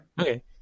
okay